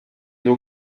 nur